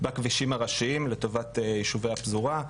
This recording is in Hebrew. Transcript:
בכבישים הראשיים לטובת יישובי הפזורה,